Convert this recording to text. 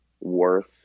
worth